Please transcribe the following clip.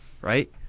right